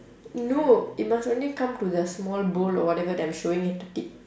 no it must only come to the small bowl or whatever that I'm showing at the tip